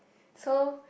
so